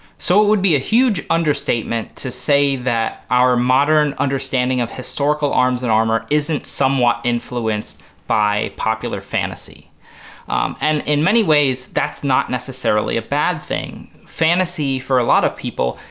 so it would be a huge understatement to say that our modern understanding of historical arms and armor isn't somewhat influenced by popular fantasy and in many ways that's not necessarily a bad thing. fantasy, for a lot of people,